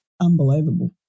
unbelievable